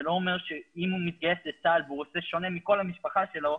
זה לא אומר שאם הוא מתגייס לצה"ל והוא שונה מכול המשפחה שלו,